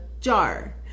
jar